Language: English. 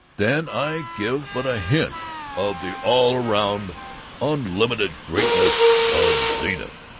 then i give but a hint of the all round unlimited greatness of zenith!